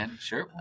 Sure